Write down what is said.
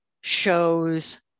shows